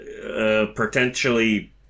potentially